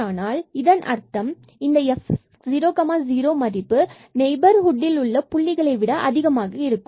ஆனால் இதன் அர்த்தம் இதன் f00 மதிப்பு நெய்பர்ஹுட்டிலுள்ள புள்ளிகளை விட அதிகமானது